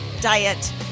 diet